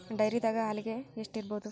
ಡೈರಿದಾಗ ಹಾಲಿಗೆ ಎಷ್ಟು ಇರ್ಬೋದ್?